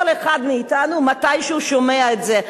כל אחד מאתנו מתישהו שומע את זה.